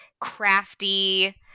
crafty